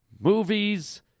movies